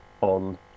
on